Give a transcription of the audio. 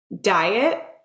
diet